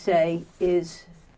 say is